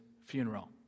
funeral